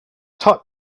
tut